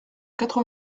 quatre